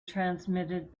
transmitted